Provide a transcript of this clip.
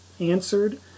answered